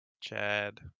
Chad